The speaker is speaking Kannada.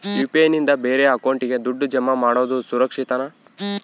ಯು.ಪಿ.ಐ ನಿಂದ ಬೇರೆ ಅಕೌಂಟಿಗೆ ದುಡ್ಡು ಜಮಾ ಮಾಡೋದು ಸುರಕ್ಷಾನಾ?